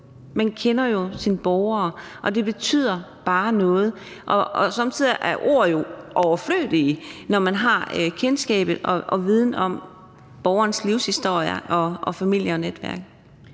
man kender sine borgere, bare betyder noget. Og somme tider er ord jo overflødige, når man har kendskab til og viden om borgerens livshistorier og familie og netværk.